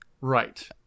right